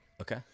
Okay